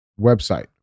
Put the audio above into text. website